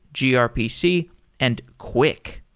grpc and quick.